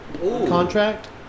contract